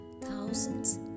thousands